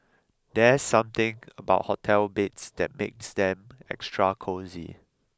there's something about hotel beds that makes them extra cosy